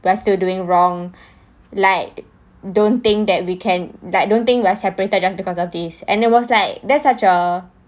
we're still doing wrong like don't think that we can like don't think we're separated just because of this and there was like there's such a